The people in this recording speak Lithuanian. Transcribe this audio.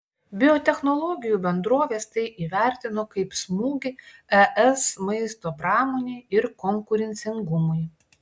biotechnologijų bendrovės tai įvertino kaip smūgį es maisto pramonei ir konkurencingumui